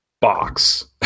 box